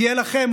תהיה לכם,